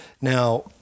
Now